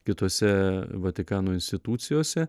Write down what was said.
kitose vatikano institucijose